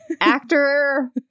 actor